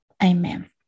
Amen